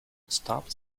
stopped